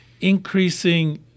increasing